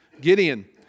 Gideon